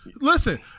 Listen